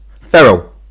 Feral